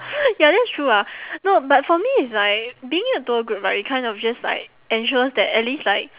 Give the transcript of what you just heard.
ya that's true ah no but for me it's like being in a tour group right it kind of just like ensures that at least like